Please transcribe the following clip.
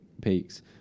peaks